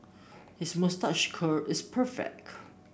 his moustache curl is perfect